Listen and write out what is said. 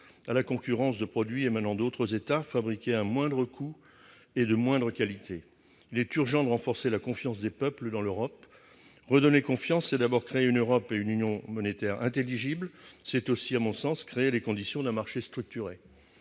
à la concurrence, de produits émanant d'autres États fabriquer à moindre coût et de moindre qualité, il est urgent de renforcer la confiance des peuples dans l'Europe, redonner confiance, c'est d'abord créer une Europe et une union monétaire intelligible, c'est aussi, à mon sens, créer les conditions de marché structuré,